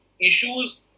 issues